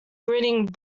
grinning